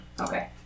Okay